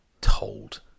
told